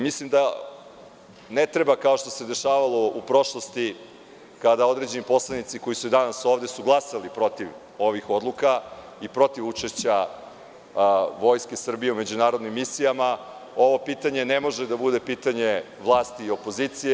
Mislim da ne treba kao što se dešavalo u prošlosti, kada su određeni poslanici koji su danas ovde glasali protiv ovih odluka i protiv učešća Vojske Srbije u međunarodnim misijama, ovo pitanje ne može da bude pitanje vlasti i opozicije.